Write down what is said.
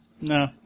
No